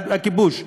הכיבוש,